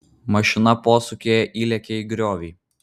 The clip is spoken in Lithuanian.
mašina posūkyje įlėkė į griovį